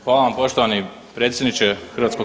Hvala vam poštovani predsjedniče HS.